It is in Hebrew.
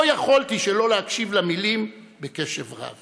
לא יכולתי שלא להקשיב למילים בקשב רב